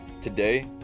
Today